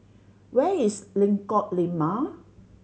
where is Lengkok Lima